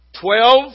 Twelve